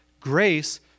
Grace